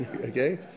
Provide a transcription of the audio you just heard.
Okay